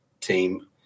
team